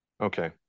Okay